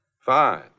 Fine